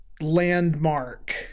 landmark